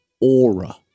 aura